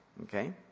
okay